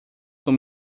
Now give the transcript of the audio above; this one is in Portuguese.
com